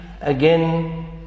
again